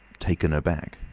taken aback.